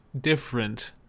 different